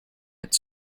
its